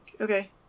okay